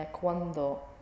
cuando